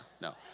no